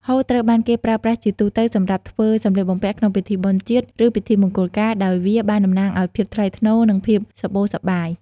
ហូលត្រូវបានគេប្រើប្រាស់ជាទូទៅសម្រាប់ធ្វើ សម្លៀកបំពាក់ក្នុងពិធីបុណ្យជាតិ ឬពិធីមង្គលការ ដោយវាបានតំណាងឱ្យភាពថ្លៃថ្នូរ និងភាពសម្បូរសប្បាយ។